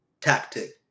tactic